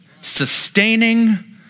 sustaining